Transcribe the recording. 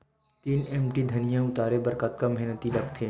तीन एम.टी धनिया उतारे बर कतका मेहनती लागथे?